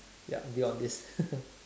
ya build on this